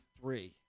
three